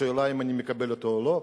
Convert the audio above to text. השאלה אם אני מקבל אותה או לא.